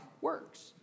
works